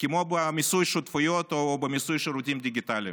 כמו במיסוי שותפויות או במיסוי שירותים דיגיטליים,